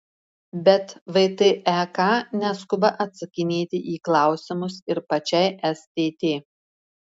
bet vtek neskuba atsakinėti į klausimus ir pačiai stt